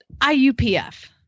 IUPF